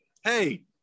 hey